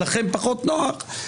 לכם פחות נוח,